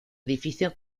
edificio